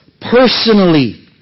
personally